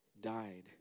died